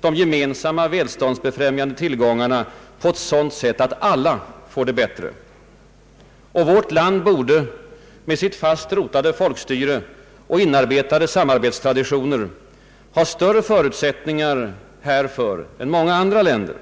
de gemensamma välståndsbefrämjande tillgångarna på ett sådant sätt att alla får det bättre. Vårt land borde med sitt fast rotade folkstyre och sina inarbetade samarbetstraditioner ha större förutsättningar härför än många andra länder.